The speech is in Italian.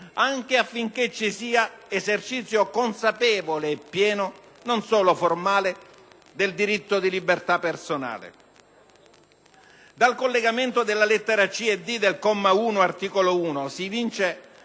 anche affinché ci sia esercizio consapevole e pieno, non solo formale, del diritto di libertà personale. Dal collegamento delle lettere *c)* e *d)* del comma 1 dell'articolo 1 si evince